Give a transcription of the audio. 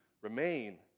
remain